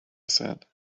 said